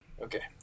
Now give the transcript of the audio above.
Okay